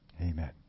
Amen